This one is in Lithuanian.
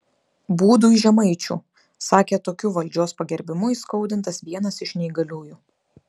būdui žemaičių sakė tokiu valdžios pagerbimu įskaudintas vienas iš neįgaliųjų